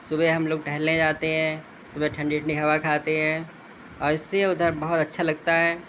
صبح ہم لوگ ٹہلنے جاتے ہیں صبح ٹھنڈی ٹھنڈی ہوا کھاتے ہیں اور اس لیے ادھر بہت اچھا لگتا ہے